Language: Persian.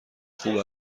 خوب